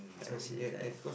I see I